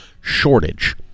shortage